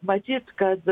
matyt kad